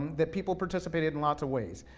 that people participated in lots of ways.